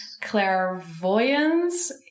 clairvoyance